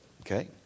Okay